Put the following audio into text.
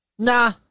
Nah